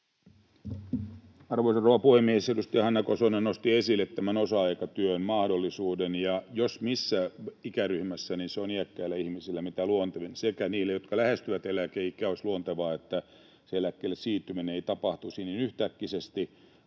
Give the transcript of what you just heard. rouva puhemies! Edustaja Hanna Kosonen nosti esille osa-aikatyön mahdollisuuden. Jos missä ikäryhmässä, niin se on iäkkäille ihmisille mitä luontevin. Sekä niille, jotka lähestyvät eläkeikää, olisi luontevaa, että se eläkkeelle siirtyminen ei tapahtuisi niin yhtäkkisesti.